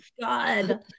God